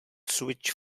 switch